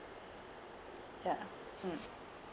yeah mm